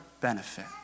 benefit